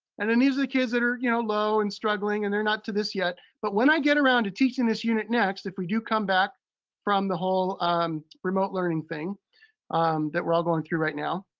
and then these are the kids that are you know low and struggling and they're not to this yet. but when i get around to teaching this unit next, if we do come back from the whole remote learning thing that we're all going through right now,